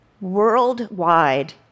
worldwide